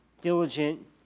diligent